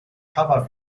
cover